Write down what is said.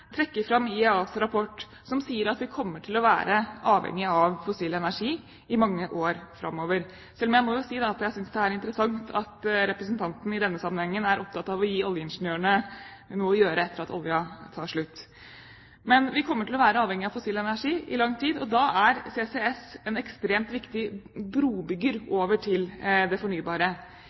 fram IEAs rapport, som sier at vi kommer til å være avhengig av fossil energi i mange år framover – selv om jeg må si at jeg synes det er interessant at representanten i denne sammenhengen er opptatt av å gi oljeingeniørene noe å gjøre etter at oljen tar slutt. Men vi kommer til å være avhengige av fossil energi i lang tid, og da er CCS en ekstremt viktig brobygger over til det fornybare.